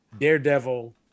Daredevil